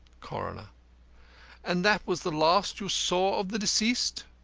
coroner and that was the last you saw of the deceased?